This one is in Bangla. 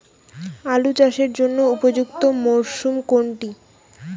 আলু চাষের জন্য উপযুক্ত মরশুম কোনটি?